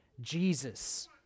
Jesus